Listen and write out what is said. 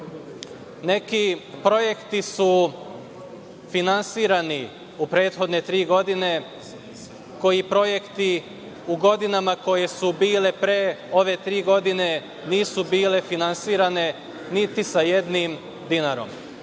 neki projekti su finansirani u prethodne tri godine, projekti koji u godinama koje su bile pre ove tri godine nisu bili finansirani niti sa jednim dinarom.